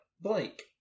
Blake